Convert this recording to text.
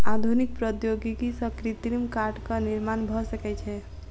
आधुनिक प्रौद्योगिकी सॅ कृत्रिम काठक निर्माण भ सकै छै